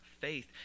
faith